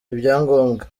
ibyangombwa